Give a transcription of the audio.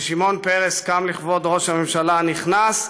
ושמעון פרס קם לכבוד ראש הממשלה הנכנס,